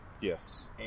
Yes